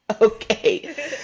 Okay